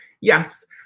yes